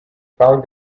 found